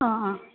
ആ ആ